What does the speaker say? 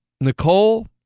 Nicole